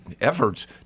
efforts